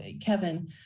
Kevin